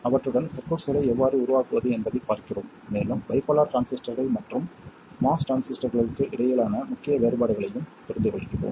அவற்றுடன் சர்க்யூட்ஸ்களை எவ்வாறு உருவாக்குவது என்பதைப் பார்க்கிறோம் மேலும் பைபோலார் டிரான்சிஸ்டர்கள் மற்றும் MOS டிரான்சிஸ்டர்களுக்கு இடையிலான முக்கிய வேறுபாடுகளையும் புரிந்துகொள்கிறோம்